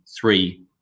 three